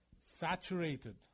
saturated